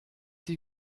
sie